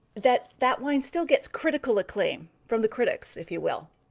that that wine still gets critical acclaim from the critics if you will.